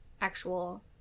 actual